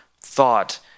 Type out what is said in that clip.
thought